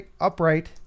upright